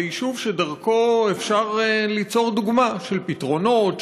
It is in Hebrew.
זה יישוב שדרכו אפשר ליצור דוגמה של פתרונות,